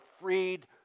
freed